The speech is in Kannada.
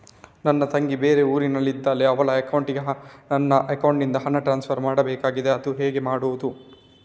ನನ್ನ ತಂಗಿ ಬೇರೆ ಊರಿನಲ್ಲಿದಾಳೆ, ಅವಳ ಅಕೌಂಟಿಗೆ ನನ್ನ ಅಕೌಂಟಿನಿಂದ ಹಣ ಟ್ರಾನ್ಸ್ಫರ್ ಮಾಡ್ಬೇಕಾಗಿದೆ, ಅದು ಹೇಗೆ ಮಾಡುವುದು?